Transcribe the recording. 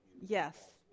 Yes